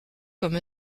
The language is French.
comme